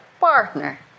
partner